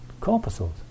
corpuscles